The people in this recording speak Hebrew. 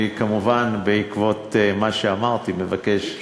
אני, כמובן, בעקבות מה שאמרתי, מבקש לדחות.